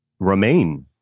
remain